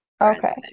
Okay